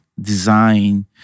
design